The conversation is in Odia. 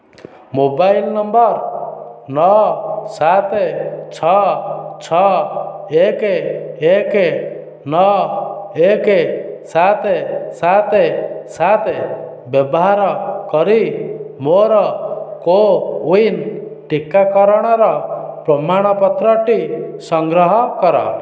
ମୋବାଇଲ ନମ୍ବର ନଅ ସାତ ଛଅ ଛଅ ଏକ ଏକ ନଅ ଏକ ସାତ ସାତ ସାତ ବ୍ୟବହାର କରି ମୋର କୋୱିନ୍ ଟିକାକରଣର ପ୍ରମାଣପତ୍ରଟି ସଂଗ୍ରହ କର